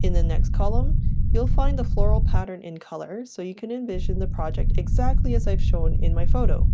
in the next column you'll find the floral pattern in color so you can envision the project exactly as i've shown in my photo